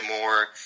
more